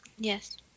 Yes